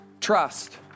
trust